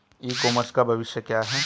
ई commerce का भविष्य क्या है?